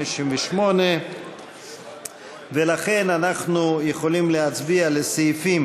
168. ולכן אנחנו יכולים להצביע על הסעיפים